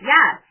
Yes